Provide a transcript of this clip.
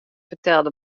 fertelde